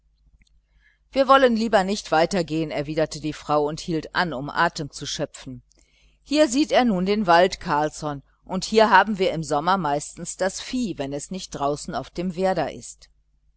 wir wollen lieber nicht weitergehen erwiderte die frau und hielt an um atem zu schöpfen hier sieht er nun den wald carlsson und hier haben wir im sommer meistens das vieh wenn es nicht draußen auf dem werder ist